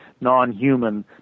non-human